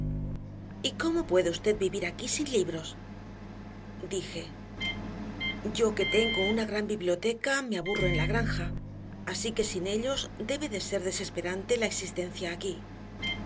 cómo puede usted vivir aquí sin libros dije yo que tengo una gran biblioteca me aburro en la granja así que sin ellos debe de ser desesperante la existencia aquí